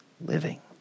living